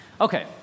Okay